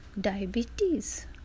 diabetes